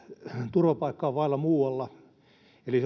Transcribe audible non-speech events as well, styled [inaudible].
turvapaikkaa vailla muualla eli [unintelligible]